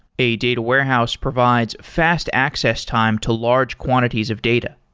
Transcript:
a data warehouse provides fast access time to large quantities of data.